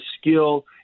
skill